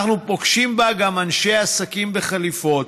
אנחנו פוגשים בה גם אנשי עסקים בחליפות,